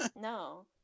No